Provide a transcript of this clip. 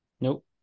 Nope